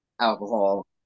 alcohol